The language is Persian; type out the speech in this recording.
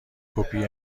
کپی